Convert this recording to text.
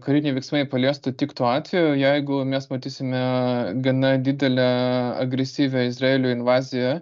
kariniai veiksmai paliestų tik tuo atveju jeigu mes matysime gana didelę agresyvią izraelio invaziją